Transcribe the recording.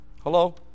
Hello